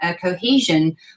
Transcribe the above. cohesion